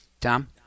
Tom